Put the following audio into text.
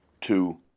two